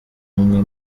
umwe